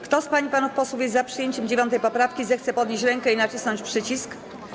Kto z pań i panów posłów jest za przyjęciem 9. poprawki, zechce podnieść rękę i nacisnąć przycisk.